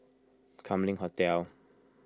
Kam Leng Hotel